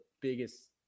biggest